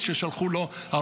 שלחו לו מפריז,